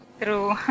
True